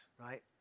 right